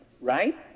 right